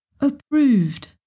approved